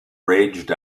raged